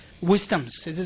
wisdoms